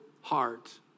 heart